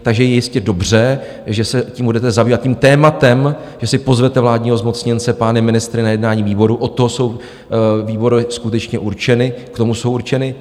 Takže je jistě dobře, že se tím budete zabývat, tím tématem, že si pozvete vládního zmocněnce, pány ministry na jednání výboru, od toho jsou výbory skutečně určeny, k tomu jsou určeny.